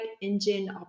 engine